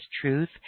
truth